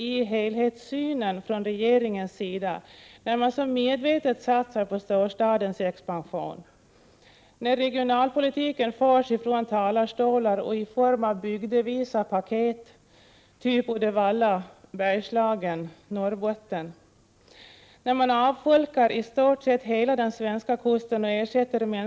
Störningar, även enstaka sådana, kan därigenom få allvarliga konsekvenser för hela samhället.